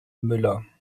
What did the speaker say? müller